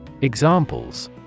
Examples